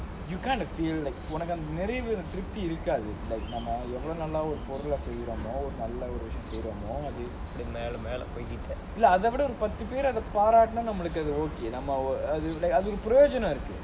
you kind of feel like உனக்கு அந்த நிறைவு இருக்காது:unnakku antha niraivu irukkaathu